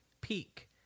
peak